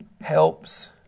helps